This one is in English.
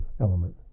element